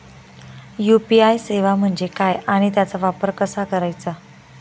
UPI सेवा म्हणजे काय आणि त्याचा वापर कसा करायचा?